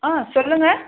ஆ சொல்லுங்கள்